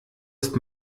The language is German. ist